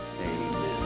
Amen